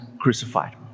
crucified